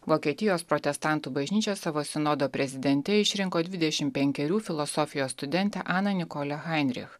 vokietijos protestantų bažnyčios savo sinodo prezidentę išrinko dvidešimt penkerių filosofijos studentę aną nikolę hainrich